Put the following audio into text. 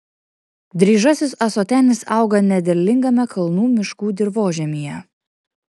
dryžasis ąsotenis auga nederlingame kalnų miškų dirvožemyje